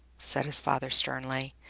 said his father sternly,